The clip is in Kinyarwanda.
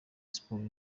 sports